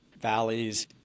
valleys